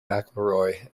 mcelroy